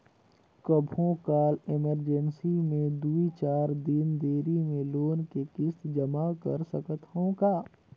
कभू काल इमरजेंसी मे दुई चार दिन देरी मे लोन के किस्त जमा कर सकत हवं का?